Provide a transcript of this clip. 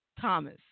Thomas